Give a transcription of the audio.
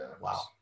Wow